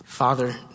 Father